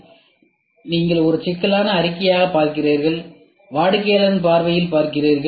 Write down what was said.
எனவே நீங்கள் ஒரு சிக்கலான அறிக்கையாகப் பார்க்கிறீர்கள் வாடிக்கையாளரின் பார்வையில் பார்க்கிறீர்கள்